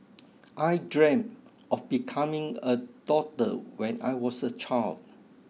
I dreamt of becoming a doctor when I was a child